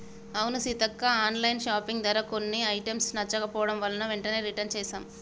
అవును Seethakka online shopping ధర కొన్ని ఐటమ్స్ నచ్చకపోవడం వలన వెంటనే రిటన్ చేసాం